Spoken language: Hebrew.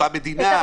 באותה מדינה?